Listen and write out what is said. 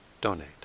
donate